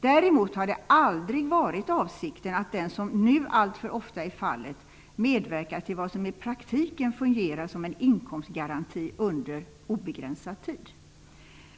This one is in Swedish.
Däremot har det aldrig varit avsikten att den, som nu alltför ofta är fallet, medverkar till vad som i praktiken fungerar som en inkomstgaranti under obegränsad tid.